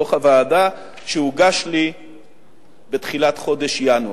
דוח הוועדה שהוגש לי בתחילת חודש ינואר.